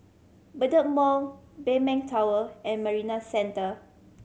Bedok Mall Maybank Tower and Marina Centre